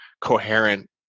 coherent